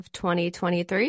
2023